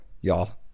y'all